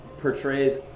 portrays